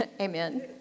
Amen